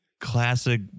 classic